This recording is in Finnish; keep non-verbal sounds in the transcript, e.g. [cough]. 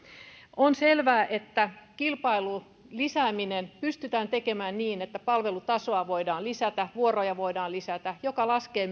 on selvää että kilpailun lisääminen pystytään tekemään niin että palvelun tasoa voidaan lisätä vuoroja voidaan lisätä mikä laskee [unintelligible]